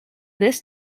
this